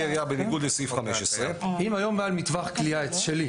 ירייה בניגוד לסעיף 15. אם היום בעל מטווח קליעה שלי,